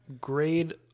grade